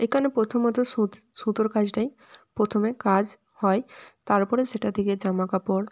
এখানে প্রথমত সুত সুতোর কাজটাই প্রথমে কাজ হয় তারপরে সেটা থেকে জামা কাপড়